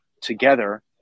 together